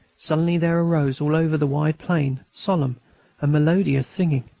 suddenly there arose, all over the wide plain, solemn and melodious singing.